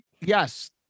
Yes